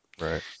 right